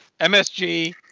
MSG